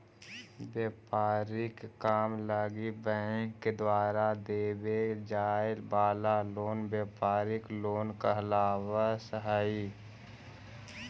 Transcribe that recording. व्यापारिक काम लगी बैंक द्वारा देवे जाए वाला लोन व्यापारिक लोन कहलावऽ हइ